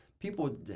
people